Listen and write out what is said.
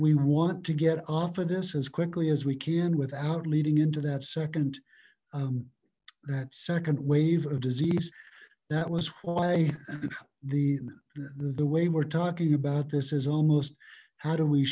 we want to get off of this as quickly as we can without leading into that second that second wave of disease that was hawaii and the the way we're talking about this is almost how do we